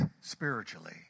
spiritually